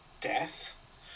death